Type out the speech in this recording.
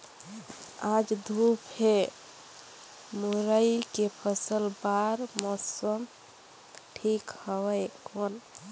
आज धूप हे मुरई के फसल बार मौसम ठीक हवय कौन?